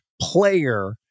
player